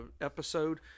episode